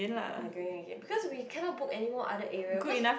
I going again because we cannot book anymore other area cause